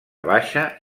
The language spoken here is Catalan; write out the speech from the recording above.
baixa